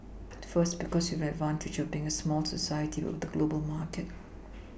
first because we have an advantage of being a small society but with a global market